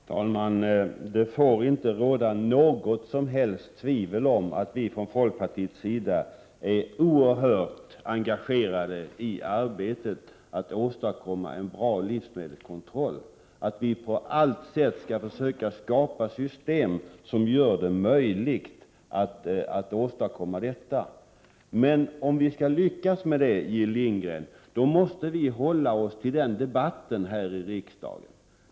Herr talman! Det får inte råda något som helst tvivel om att vi från folkpartiets sida är oerhört engagerade i arbetet att åstadkomma en bra livsmedelskontroll och på allt sätt vill försöka skapa ett system som gör det möjligt att åstadkomma detta. Men, Jill Lindgren, för att lyckas med det måste vi hålla oss till saken här i riksdagen.